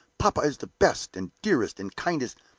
papa is the best, and dearest, and kindest